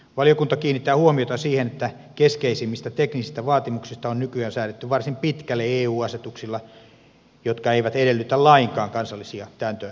valiokunta kiinnittää huomiota siihen että keskeisimmistä teknisistä vaatimuksista on nykyään säädetty varsin pitkälle eu asetuksilla jotka eivät edellytä lainkaan kansallisia täytäntöönpanotoimia